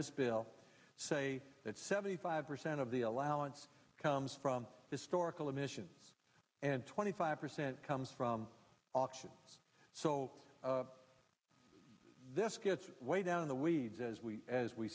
this bill say that seventy five percent of the allowance comes from historical emissions and twenty five percent comes from auction so this gets way down in the weeds as we as we